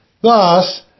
Thus